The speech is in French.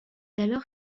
alors